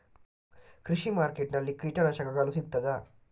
ಕೃಷಿಮಾರ್ಕೆಟ್ ನಲ್ಲಿ ಕೀಟನಾಶಕಗಳು ಸಿಗ್ತದಾ?